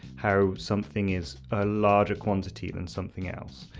how something is a larger quantity than something else.